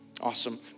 Awesome